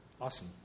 awesome